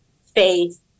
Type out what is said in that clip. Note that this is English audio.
faith